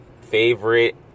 Favorite